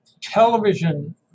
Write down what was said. television